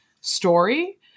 story